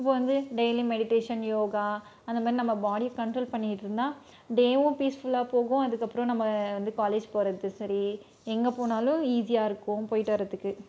இப்போது வந்து டெய்லியும் மெடிட்டேஷன் யோகா அந்தமாதிரி நம்ம பாடி கண்ட்ரோல் பண்ணிகிட்டு இருந்தால் டேவும் பீஸ்ஃபுல்லா போகும் அதுக்கு அப்றம் வந்து நம்ம வந்து காலேஜ் போகிறதும் சரி எங்கே போனாலும் ஈசியாக இருக்கும் போய்ட்டு வரதுக்கு